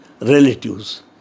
relatives